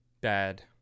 bad